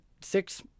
six